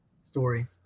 story